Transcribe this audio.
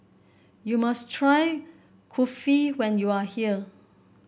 you must try Kulfi when you are here